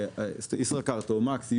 ישראכרט או מקס,